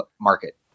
market